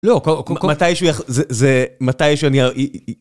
לא, מתישהו... זה מתישהו אני אראה...